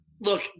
look